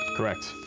correct.